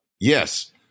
Yes